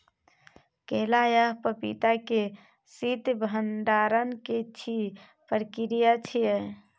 केला आ पपीता के शीत भंडारण के की प्रक्रिया छै?